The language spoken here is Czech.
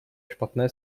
špatné